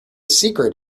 secret